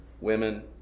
women